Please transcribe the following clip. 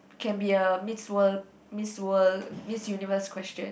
can be a miss world miss world miss universe question